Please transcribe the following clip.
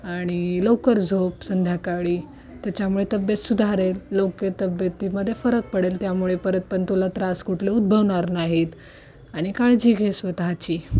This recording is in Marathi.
आणि लवकर झोप संध्याकाळी त्याच्यामुळे तब्येत सुधारेल लवकर तब्येतीमध्ये फरक पडेल त्यामुळे परत पण तुला त्रास कुठले उद्भवणार नाहीत आणि काळजी घे स्वतःची